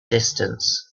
distance